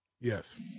Yes